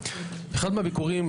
אחד מהביקורים,